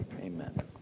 Amen